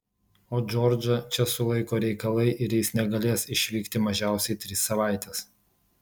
o džordžą čia sulaiko reikalai ir jis negalės išvykti mažiausiai tris savaites